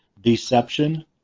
deception